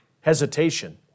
hesitation